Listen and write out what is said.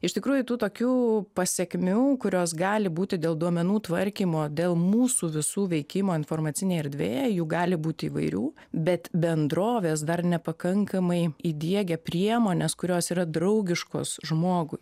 iš tikrųjų tų tokių pasekmių kurios gali būti dėl duomenų tvarkymo dėl mūsų visų veikimo informacinėj erdvėje jų gali būti įvairių bet bendrovės dar nepakankamai įdiegę priemones kurios yra draugiškos žmogui